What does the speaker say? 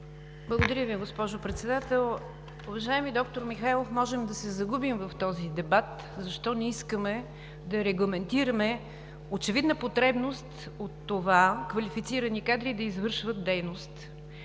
Благодаря Ви, госпожо Председател. Уважаеми доктор Михайлов, можем да се загубим в този дебат защо не искаме да регламентираме очевидна потребност от това квалифицирани кадри да извършват дейност.